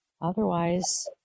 Otherwise